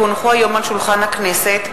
כי הונחו היום על שולחן הכנסת,